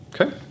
Okay